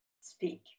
speak